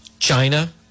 China